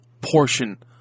portion